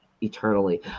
eternally